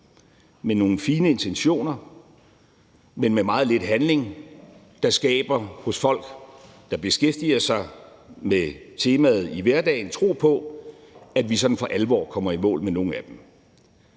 med nogle fine intentioner, men med meget lidt handling, der hos folk, som beskæftiger sig med temaet i hverdagen, skaber tro på, at vi sådan for alvor kommer i mål med nogen af dem.